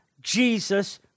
Jesus